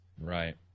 Right